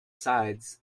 sides